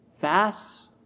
fasts